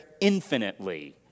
infinitely